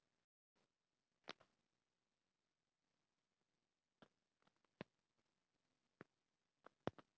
देस के रक्षा से जुड़ल सब काम देखल जात बाटे